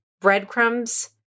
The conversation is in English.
breadcrumbs